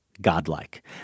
godlike